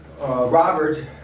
Robert